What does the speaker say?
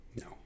No